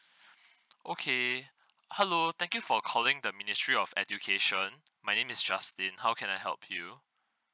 okay hello thank you for calling the ministry of education my name is justin how can I help you